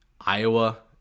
Iowa